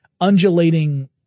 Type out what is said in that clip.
undulating